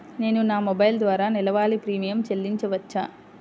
నేను నా మొబైల్ ద్వారా నెలవారీ ప్రీమియం చెల్లించవచ్చా?